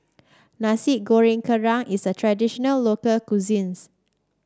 Nasi Goreng Kerang is a traditional local cuisines